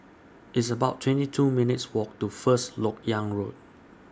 It's about twenty two minutes' Walk to First Lok Yang Road